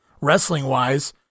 wrestling-wise